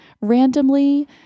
randomly